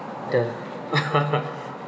the